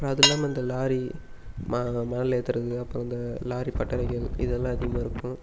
அப்புறம் அது இல்லாமல் இந்த லாரி ம மணல் ஏத்துகிறது அப்புறம் இந்த லாரி பட்டறைகள் இதெல்லாம் அதிகமாக இருக்கும்